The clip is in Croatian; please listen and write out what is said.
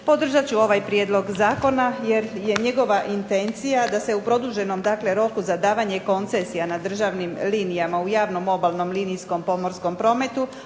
Podržat ću ovaj prijedlog zakona, jer je njegova intencija da se u produženom roku za davanje koncesija na državnim linijama u javnom obalnom linijskom pomorskom prometu,